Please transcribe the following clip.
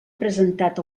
presentat